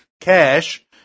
cash